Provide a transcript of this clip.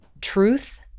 truth